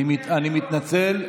אני מתנצל,